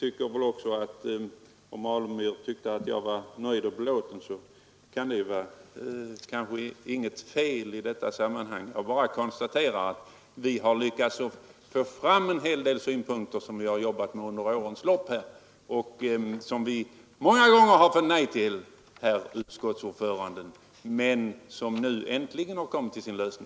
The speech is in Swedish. Herr Alemyr tyckte att jag var nöjd och belåten, och det är väl inget fel i detta sammahang. Jag bara konstaterar att vi har lyckats få gehör för 95 en hel del synpunkter som vi har arbetat med under årens lopp. Vi har många gånger fått nej till dem, herr utskottsordförande, men nu har de äntligen gett resultat.